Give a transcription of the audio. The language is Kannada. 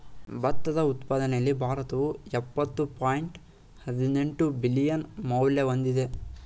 ಭತ್ತದ ಉತ್ಪಾದನೆಯಲ್ಲಿ ಭಾರತವು ಯಪ್ಪತ್ತು ಪಾಯಿಂಟ್ ಹದಿನೆಂಟು ಬಿಲಿಯನ್ ಮೌಲ್ಯ ಹೊಂದಿದೆ